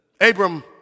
Abram